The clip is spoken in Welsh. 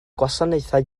gwasanaethau